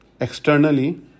externally